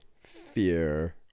fear